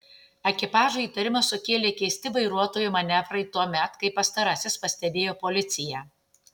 ekipažui įtarimą sukėlė keisti vairuotojo manevrai tuomet kai pastarasis pastebėjo policiją